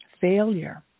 failure